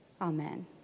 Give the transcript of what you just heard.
Amen